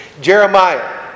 Jeremiah